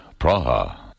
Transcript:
Praha